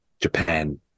Japan